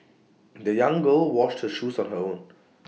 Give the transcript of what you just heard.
the young girl washed her shoes on her own